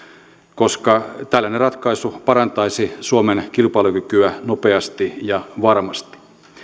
koska tällainen ratkaisu parantaisi suomen kilpailukykyä nopeasti ja varmasti